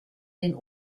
den